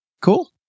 Cool